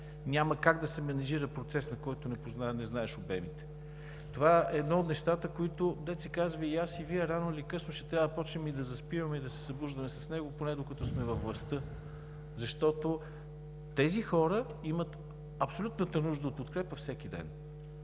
Няма как да се менажира процес, на който не знаеш обемите. Това е едно от нещата, с които и аз, и Вие рано или късно ще трябва да започнем да заспиваме и да се събуждаме, поне докато сме във властта, защото тези хора имат абсолютната нужда от подкрепа всеки ден.